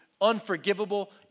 unforgivable